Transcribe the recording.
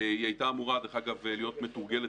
היא הייתה אמורה דרך אגב להיות מתורגלת